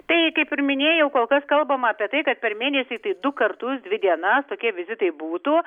tai kaip ir minėjau kol kas kalbama apie tai kad per mėnesį tai du kartus dvi dienas tokie vizitai būtų